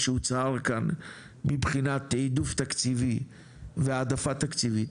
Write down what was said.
שהוצהר כאן מבחינת תיעדוף תקציבי והעדפה תקציבית,